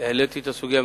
העליתי לא אחת את הסוגיה,